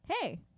Hey